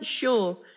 sure